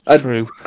True